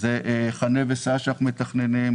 זה חנה וסע שאנחנו מתכננים,